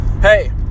hey